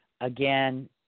Again